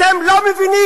אתם לא מבינים